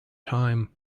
time